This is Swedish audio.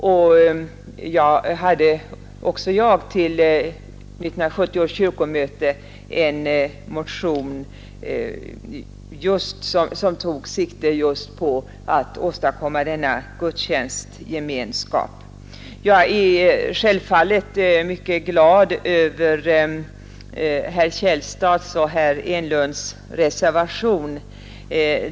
Till 1970 års kyrkomöte hade också jag lämnat en motion som tog sikte just på att åstadkomma ifrågavarande gudstjänstgemenskap. Jag är självfallet mycket glad över herr Källstads och herr Enlunds reservation.